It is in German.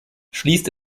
schließt